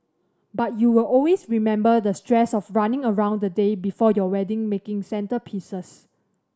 but you'll always remember the stress of running around the day before your wedding making centrepieces